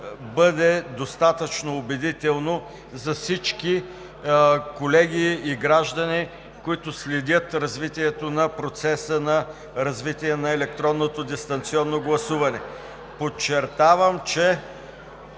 бъде достатъчно убедително за всички колеги и граждани, които следят развитието на процеса на електронното дистанционно гласуване. Подчертавам, че